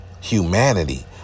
humanity